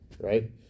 right